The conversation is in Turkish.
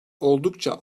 oldukça